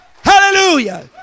Hallelujah